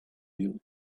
you